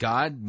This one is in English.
God